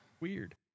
weird